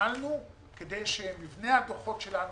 כדי שמבנה הדוחות שלנו,